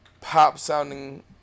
pop-sounding